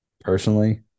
personally